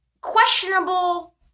questionable